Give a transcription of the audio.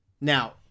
Now